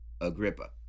Agrippa